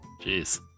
Jeez